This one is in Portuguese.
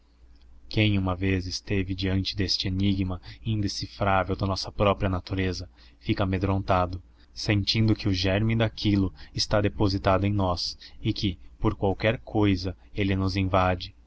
quem uma vez esteve diante deste enigma indecifrável da nossa própria natureza fica amedrontado sentindo que o germe daquilo está depositado em nós e que por qualquer cousa ele nos invade